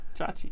Chachi